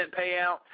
payout